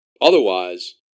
otherwise